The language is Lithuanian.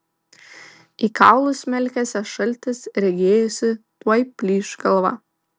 į kaulus smelkėsi šaltis regėjosi tuoj plyš galva